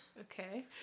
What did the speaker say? Okay